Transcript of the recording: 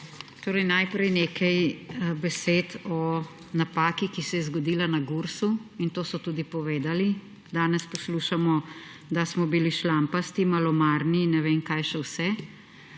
besedo. Najprej nekaj besed o napaki, ki se je zgodila na Gursu, in to so tudi povedali. Danes poslušamo, da smo bili šlampasti, malomarni in ne vem kaj še vse,